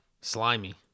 slimy